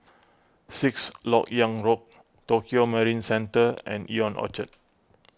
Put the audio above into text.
Sixth Lok Yang Road Tokio Marine Centre and Ion Orchard